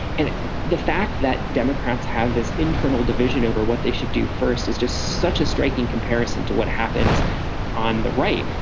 and the fact that democrats have this internal division over what they should do first is just such a striking comparison to what happens on the right.